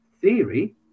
theory